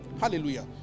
Hallelujah